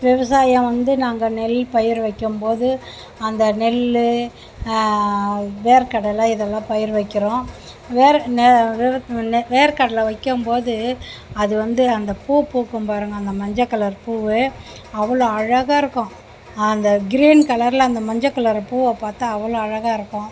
விவசாயம் வந்து நாங்கள் நெல் பயிர் வைக்கும்போது அந்த நெல் வேர்க்கடலை இதெல்லாம் பயிர் வைக்கிறோம் வேர் ந வெவ கல்ல வேர்க்கடலை வைக்கும்போது அது வந்து அந்த பூ பூக்கும் பாருங்க அந்த மஞ்சள் கலர் பூ அவ்வளோ அழகாக இருக்கும் அந்த கிரீன் கலரில் அந்த மஞ்சள் கலரு பூவை பார்த்தா அவ்வளோ அழகாக இருக்கும்